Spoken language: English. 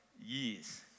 years